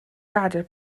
gadael